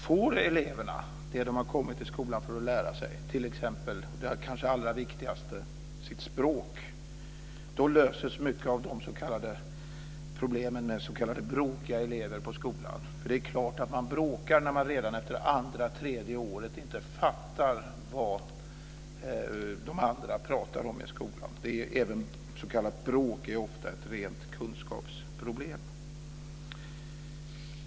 Får eleverna det de har kommit till skolan för att lära sig, t.ex. det kanske allra viktigaste, sitt språk, så löses många av problemen med s.k. bråkiga elever på skolan. För det är klart att man bråkar när man redan efter andra, tredje året inte fattar vad de andra pratar om i skolan. Även s.k. bråk är ofta ett rent kunskapsproblem.